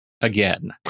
again